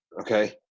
Okay